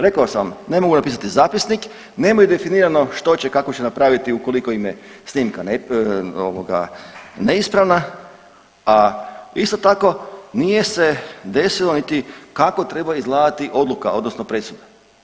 Rekao sam vam, ne mogu napisati zapisnik, nemaju definirani što će i kako će napraviti ukoliko im je snimka ovoga neispravna, a isto tako nije se desilo niti kako treba izgledati odluka odnosno presuda.